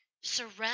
surrender